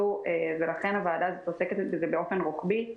ולכן הוועדה הזאת עוסקת בזה באופן רוחבי,